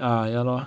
ah ya lor